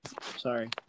Sorry